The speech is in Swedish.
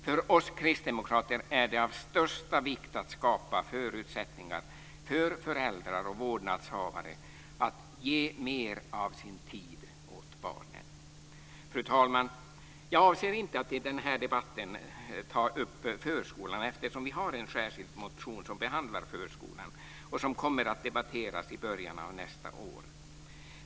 För oss kristdemokrater är det av största vikt att skapa förutsättningar för föräldrar och vårdnadshavare att ge mer av sin tid åt barnen. Fru talman! Jag avser inte att i den här debatten ta upp förskolan, eftersom vi har en särskild motion som behandlar förskolan och som kommer att debatteras i början av nästa år.